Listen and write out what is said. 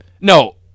No